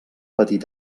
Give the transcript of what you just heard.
petit